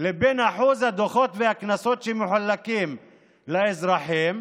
לבין אחוז הדוחות והקנסות שמחולקים לאזרחים,